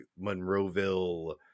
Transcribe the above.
Monroeville